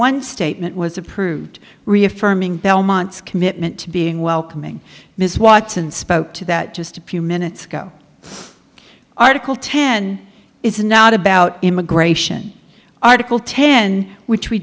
one statement was approved reaffirming belmont's commitment to being welcoming miss watson spoke to that just a few minutes ago article ten is not about immigration article ten which we